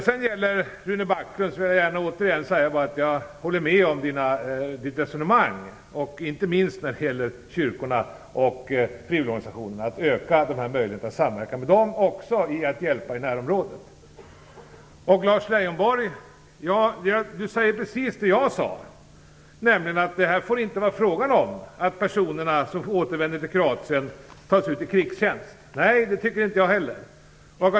Till Rune Backlund vill jag återigen säga att jag håller med om hans resonemang inte minst när det gäller att öka möjligheterna till samverkan med kyrkorna och frivilligorganisationerna också för att hjälpa i närområdet. Lars Leijonborg säger precis det som jag sade, nämligen att det inte får vara frågan om att de personer som återvänder till Kroatien tas ut i krigstjänst. Det tycker inte jag heller.